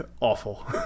awful